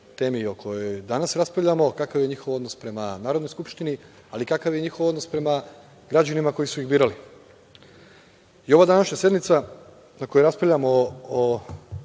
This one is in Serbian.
temi o kojoj danas raspravljamo, kakav je njihov odnos prema Narodnoj skupštini, ali i kakav je njihov odnos prema građanima koji su ih birali. Ova današnja sednica na kojoj raspravljamo o